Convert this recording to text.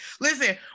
Listen